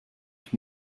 ich